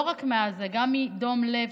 ולא רק מזה אלא גם מדום לב,